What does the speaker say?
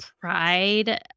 pride